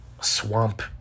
Swamp